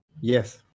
Yes